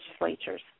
legislatures